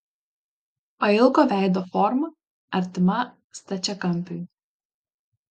pailgo veido forma artima stačiakampiui